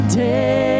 day